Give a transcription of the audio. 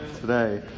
today